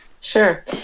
Sure